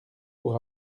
pour